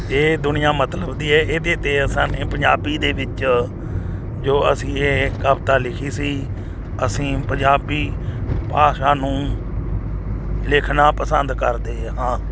ਇਹ ਦੁਨੀਆ ਮਤਲਬ ਦੀ ਹੈ ਇਹਦੇ 'ਤੇ ਅਸਾਂ ਨੇ ਪੰਜਾਬੀ ਦੇ ਵਿੱਚ ਜੋ ਅਸੀਂ ਇਹ ਕਵਿਤਾ ਲਿਖੀ ਸੀ ਅਸੀਂ ਪੰਜਾਬੀ ਭਾਸ਼ਾ ਨੂੰ ਲਿਖਣਾ ਪਸੰਦ ਕਰਦੇ ਹਾਂ